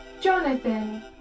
Jonathan